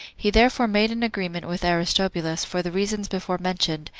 he therefore made an agreement with aristobulus, for the reasons before mentioned,